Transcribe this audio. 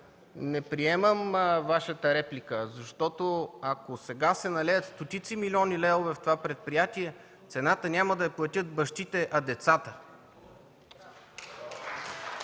не приемам Вашата реплика, защото ако сега се налеят стотици милиони левове в това предприятие, цената няма да я платят бащите, а децата.